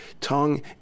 tongue